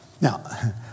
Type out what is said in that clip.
Now